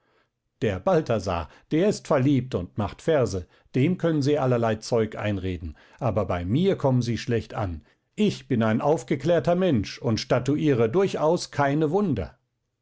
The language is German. der balthasar der ist verliebt und macht verse dem können sie allerlei zeug einreden aber bei mir kommen sie schlecht an ich bin ein aufgeklärter mensch und statuiere durchaus keine wunder